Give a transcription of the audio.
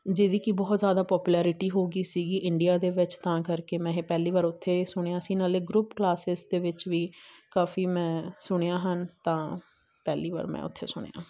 ਜਿਹਦੀ ਕਿ ਬਹੁਤ ਜ਼ਿਆਦਾ ਪੋਪੂਲੈਰਿਟੀ ਹੋ ਗਈ ਸੀਗੀ ਇੰਡੀਆ ਦੇ ਵਿੱਚ ਤਾਂ ਕਰਕੇ ਮੈਂ ਇਹ ਪਹਿਲੀ ਵਾਰ ਉੱਥੇ ਸੁਣਿਆ ਸੀ ਨਾਲ ਗਰੁੱਪ ਕਲਾਸਿਸ ਦੇ ਵਿੱਚ ਵੀ ਕਾਫੀ ਮੈਂ ਸੁਣਿਆ ਹਨ ਤਾਂ ਪਹਿਲੀ ਵਾਰ ਮੈਂ ਉੱਥੇ ਸੁਣਿਆ